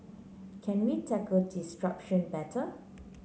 can we tackle disruption better